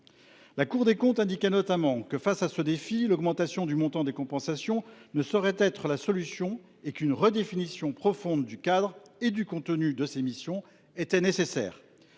La Cour des comptes indiquait notamment que, face à ce défi, l’augmentation du montant des compensations ne saurait constituer une solution et qu’une redéfinition profonde du cadre et du contenu de ces missions était nécessaire.